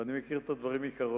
ואני מכיר את הדברים מקרוב.